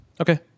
Okay